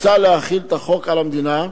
מוצע להחיל את החוק על המדינה,